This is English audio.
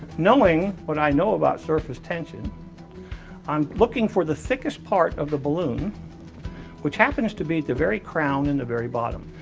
knowing what i know about surface tension i'm looking for the thickest part of the balloon which happens to be at the very crown and at the very bottom.